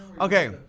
Okay